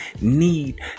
need